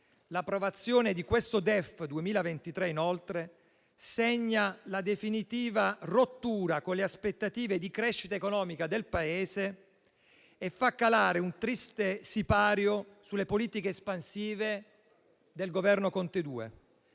L'approvazione di questo DEF 2023, inoltre, segna la definitiva rottura con le aspettative di crescita economica del Paese e fa calare un triste sipario sulle politiche espansive del Governo Conte 2,